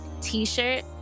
t-shirt